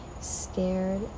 scared